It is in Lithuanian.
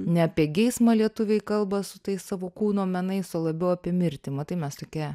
ne apie geismą lietuviai kalba su tais savo kūno menais o labiau apie mirtį matai mes tokie